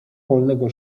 polnego